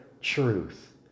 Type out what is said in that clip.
truth